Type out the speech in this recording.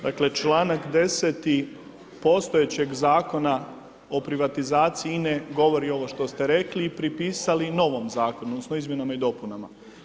Dakle, čl. 10. postojećeg Zakona o privatizaciji INA-e govori ovo što ste rekli i pripisali novom zakonu odnosno izmjenama i dopunama.